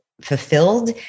fulfilled